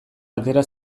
atera